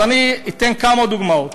אני אתן כמה דוגמאות: